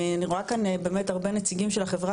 אני רואה כאן באמת הרבה נציגים של החברה